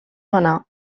manar